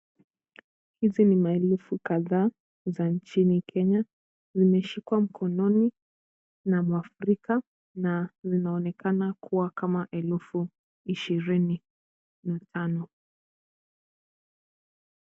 Hizi ni maelfu kadhaa za nchini Kenya. Zimeshikwa mkononi na muafrika na zinaonekana kuwa kama elfu ishirini na tano.